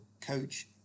coach